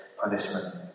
punishment